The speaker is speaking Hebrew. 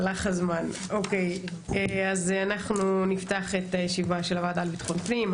אנחנו נפתח את ישיבת ועדת ביטחון פנים.